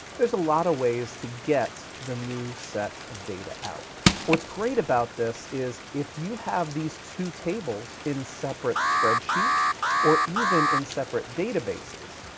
there's a lot of ways to get the new set of data out. and what's great about this is if you have these two tables in separate spreadsheets or even in separate databases,